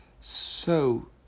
So